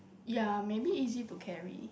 ya maybe easy to carry